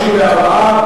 34,